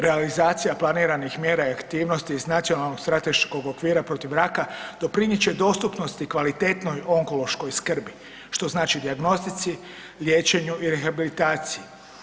Realizacija planiranih mjera i aktivnosti iz Nacionalnog strateškog okvira protiv raka doprinijet će dostupnosti kvalitetnoj onkološkoj skrbi, što znači dijagnostici, liječenju i rehabilitaciji.